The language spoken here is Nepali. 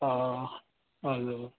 अँ हजुर